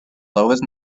lowest